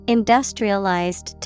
Industrialized